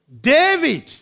David